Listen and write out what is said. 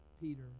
Peter